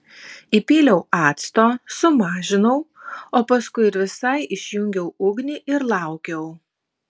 įpyliau acto sumažinau o paskui ir visai išjungiau ugnį ir laukiau